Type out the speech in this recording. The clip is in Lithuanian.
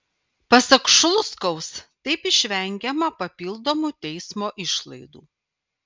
pasak šulskaus taip išvengiama papildomų teismo išlaidų